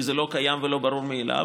כי זה לא קיים ולא ברור מאליו,